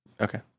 Okay